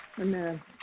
Amen